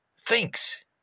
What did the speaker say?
thinks